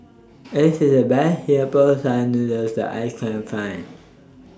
This IS The Best Singapore Style Noodles that I Can Find